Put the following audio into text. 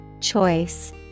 Choice